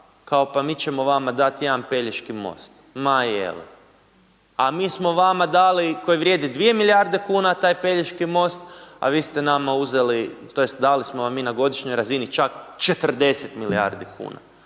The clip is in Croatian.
kao pa mi ćemo vama dati jedan Pelješki most. Ma je li? A mi smo vama dali, koji vrijedi 2 milijarde kuna taj Pelješki most, a vi ste nama uzeli, tj. dali smo vam mi na godišnjoj razini čak 40 milijardi kuna.